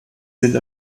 sind